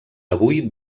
avui